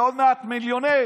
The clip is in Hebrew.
ועוד מעט מיליוני,